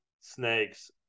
snakes